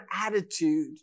attitude